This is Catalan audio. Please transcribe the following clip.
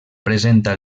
presenta